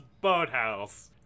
boathouse